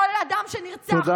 כל אדם שנרצח, תודה.